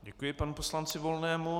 Děkuji panu poslanci Volnému.